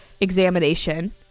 examination